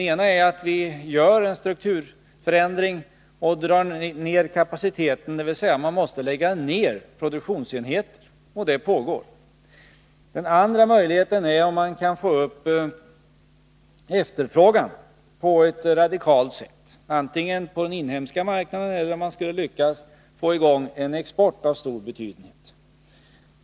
Den ena är att vi gör en strukturförändring och drar ned kapaciteten, dvs. man lägger ned produktionsenheter, och en sådan nedläggning pågår. Den andra möjligheten är att man ökar efterfrågan på ett radikalt sätt, antingen genom att man satsar på den inhemska marknaden eller genom att man lyckas få i gång en export av betydelse.